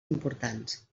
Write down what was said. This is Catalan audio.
importants